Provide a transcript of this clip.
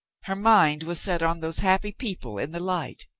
her mind was set on those happy people in the light.